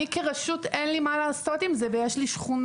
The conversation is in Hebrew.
אני כרשות אין לי מה לעשות עם זה ויש לי שכונות